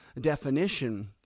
definition